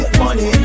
money